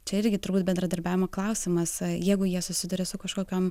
čia irgi turbūt bendradarbiavimo klausimas jeigu jie susiduria su kažkokiom